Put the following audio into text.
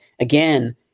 again